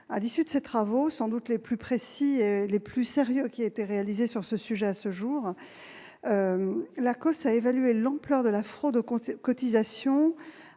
À l'issue de ces travaux, sans doute les plus précis et les plus sérieux qui aient été conduits sur le sujet à ce jour, l'ACOSS a estimé que le montant de la fraude aux cotisations